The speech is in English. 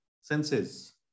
senses